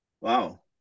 Wow